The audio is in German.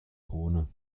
krone